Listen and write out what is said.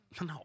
No